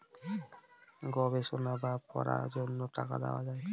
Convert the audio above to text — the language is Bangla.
গবেষণা বা পড়ার জন্য টাকা দেওয়া হয়